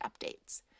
updates